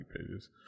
pages